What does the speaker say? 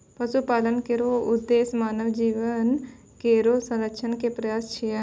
पशुपालन केरो उद्देश्य मानव जीवन केरो संरक्षण क प्रयास भी छिकै